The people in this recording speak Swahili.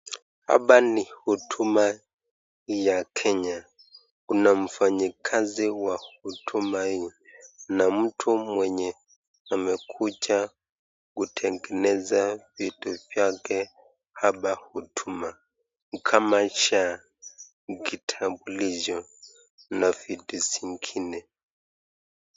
Hapa ni huduma ya kenya , kuna mfanyakazi wa huduma hii, na mtu mwenye amekuja kutengenezewa vitu vyake hapa huduma kama SHA, kitambulisho na vitu zingine.